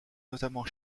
notamment